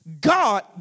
God